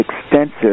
extensive